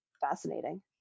fascinating